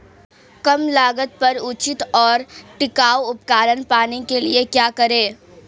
कम लागत पर उचित और टिकाऊ उपकरण पाने के लिए क्या करें?